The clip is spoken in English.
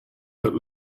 that